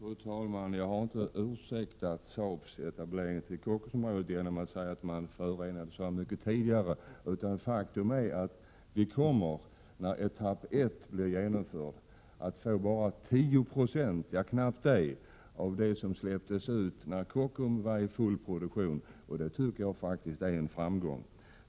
Fru talman! Jag har inte ursäktat Saabs etablering till Kockumsområdet genom att säga att man har förorenat så mycket tidigare. Faktum är att när etapp 1 blir genomförd, kommer vi att få bara 10 96 — ja, knappt det — av det som släpptes ut när Kockums var i full produktion. Det tycker jag faktiskt är ett framsteg.